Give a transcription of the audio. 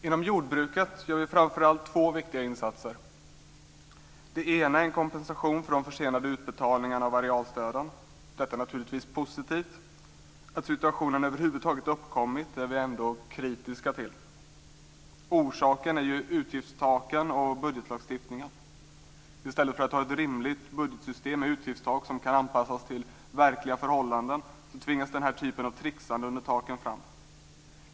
Inom jordbruket gör vi framför allt två viktiga insatser. Den ena är en kompensation för de försenade utbetalningarna av arealstöden. Detta är naturligtvis positivt. Att situationen över huvud taget har uppkommit är vi ändå kritiska till. Orsaken är ju utgiftstaken och budgetlagstiftningen. I stället för att ha ett rimligt budgetsystem med utgiftstak som kan anpassas till verkliga förhållanden tvingas den här typen av tricksande under taken fram.